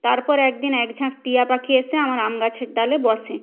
তারপর একদিন এক ঝাঁক টিয়া পাখি এসে আমার আম গাছের ডালে বসে